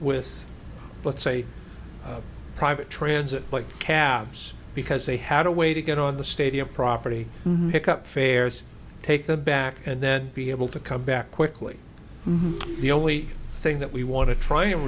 with let's say private transit like cabs because they had a way to get on the stadia property pick up fares take them back and then be able to come back quickly the only thing that we want to try and